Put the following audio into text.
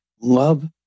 love